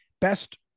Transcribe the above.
Best